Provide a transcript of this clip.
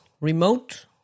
remote